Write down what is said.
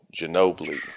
Ginobili